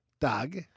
Doug